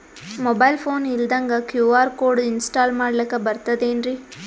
Mobile phone ಇಲ್ದಂಗ QR code install ಮಾಡ್ಲಕ ಬರ್ತದೇನ್ರಿ?